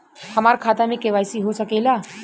हमार खाता में के.वाइ.सी हो सकेला?